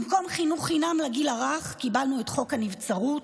במקום חינוך חינם לגיל הרך קיבלנו את חוק הנבצרות,